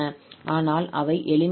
ஆனால் அவை எளிமையானவை